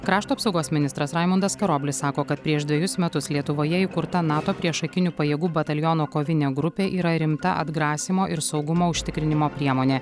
krašto apsaugos ministras raimundas karoblis sako kad prieš dvejus metus lietuvoje įkurta nato priešakinių pajėgų bataliono kovinė grupė yra rimta atgrasymo ir saugumo užtikrinimo priemonė